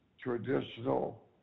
traditional